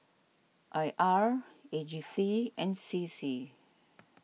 I R A G C and C C